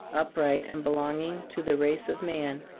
upright and belonging to the race of man,